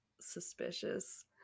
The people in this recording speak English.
suspicious